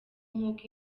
nk’uko